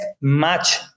match